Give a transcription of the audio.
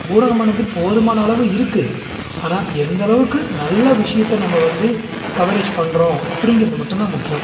ஊடகமானது போதுமான அளவு இருக்குது ஆனால் எந்தளவுக்கு நல்ல விஷயத்த நம்ம வந்து கவரேஜ் பண்ணுறோம் அப்படிங்கிறது மட்டும்தான் முக்கியம்